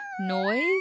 noise